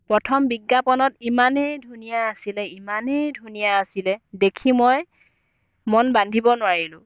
প্ৰথম বিজ্ঞাপনত ইমানেই ধুনীয়া আছিলে ইমানেই ধুনীয়া আছিলে দেখি মই মন বান্ধিব নোৱাৰিলোঁ